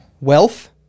wealth